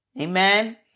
Amen